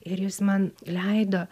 ir jis man leido